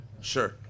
Sure